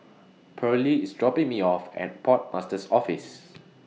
Pearly IS dropping Me off At Port Master's Office